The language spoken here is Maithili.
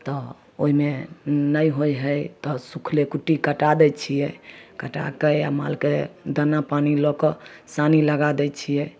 तऽ ओहिमे नहि होइ हइ तऽ सुखले कुट्टी कटा दै छिए कटाके या मालके दाना पानी लऽ कऽ सानी लगा दै छिए